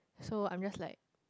so I'm just like